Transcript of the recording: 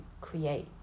create